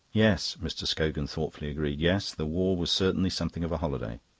yes, mr. scogan thoughtfully agreed. yes, the war was certainly something of a holiday.